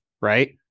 right